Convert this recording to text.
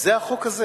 זה החוק הזה.